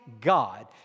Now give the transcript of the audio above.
God